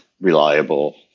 reliable